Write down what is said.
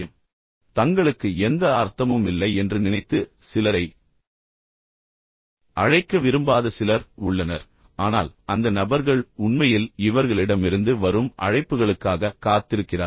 எனவே தங்களுக்கு எந்த அர்த்தமும் இல்லை என்று நினைத்து சிலரை அழைக்க விரும்பாத சிலர் உள்ளனர் ஆனால் அந்த நபர்கள் உண்மையில் இவர்களிடமிருந்து வரும் அழைப்புகளுக்காக காத்திருக்கிறார்கள்